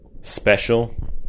special